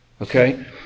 Okay